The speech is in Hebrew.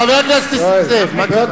חבר הכנסת נסים זאב, מה קרה?